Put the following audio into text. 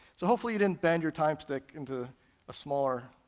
so hopefully you didn't bend your time stick into a smaller